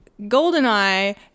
Goldeneye